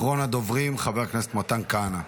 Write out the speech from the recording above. אחרון הדוברים, חבר הכנסת מתן כהנא.